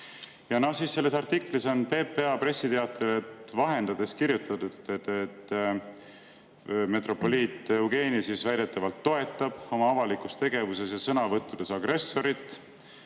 Selles artiklis on PPA pressiteadet vahendades kirjutatud, et metropoliit Eugeni väidetavalt toetab oma avalikus tegevuses ja sõnavõttudes agressorit